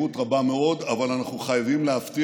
נדמה לי שקראתי לפרוטוקול את שמותיהם של חברי הכנסת